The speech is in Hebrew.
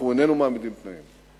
אנחנו איננו מעמידים תנאים.